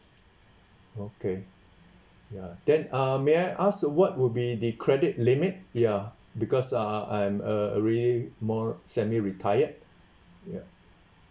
okay ya then uh may I ask what would be the credit limit ya because uh I'm a really more semi-retired ya